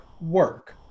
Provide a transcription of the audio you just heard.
work